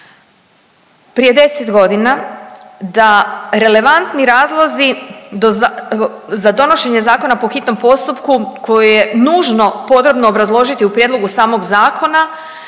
prije 10.g. da relevantni razlozi za donošenje zakona po hitnom postupku koje je nužno potrebno obrazložiti u prijedlogu samog zakona